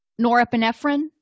Norepinephrine